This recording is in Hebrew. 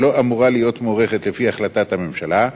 שלא אמורה להיות מוארכת לפי החלטת הממשלה?